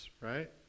right